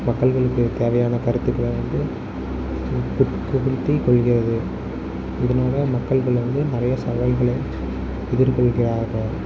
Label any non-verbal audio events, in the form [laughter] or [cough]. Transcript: மக்கள்களுக்கு தேவையான கருத்துக்கள வந்து [unintelligible] கொள்கை அது இதனால மக்கள்கள் வந்து நிறையா சவால்களை எதிர்கொள்கிறார்கள்